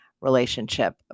relationship